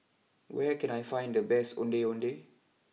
where can I find the best Ondeh Ondeh